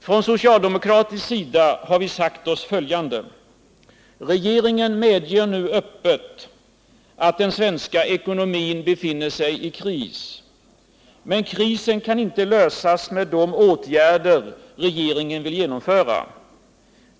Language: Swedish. Från socialdemokratisk sida har vi sagt oss följande: Regeringen medger nu öppet att den svenska ekonomin befinner sig i kris. Men krisen kan inte lösas med de åtgärder som regeringen vill genomföra.